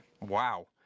wow